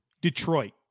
Detroit